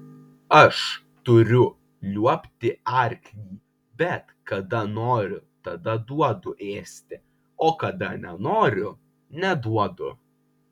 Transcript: aš turiu liuobti arklį bet kada noriu tada duodu ėsti o kada nenoriu neduodu